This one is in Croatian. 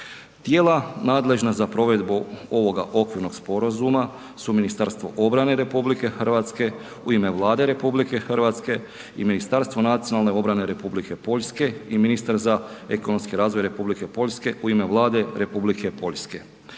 Tijela nadležna za provedbu ovoga okvirnog sporazuma su Ministarstvo obrane RH u ime Vlade RH i Ministarstvo nacionalne obrane Republike Poljske i ministar za ekonomski razvoj Republike Poljske u ime Vlade Republike Poljske.